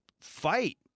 fight